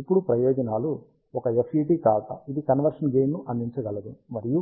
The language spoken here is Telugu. ఇప్పుడు ప్రయోజనాలు ఒక FET కావడం ఇది కన్వర్షన్ గెయిన్ ను అందించగలదు మరియు